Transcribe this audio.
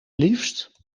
liefst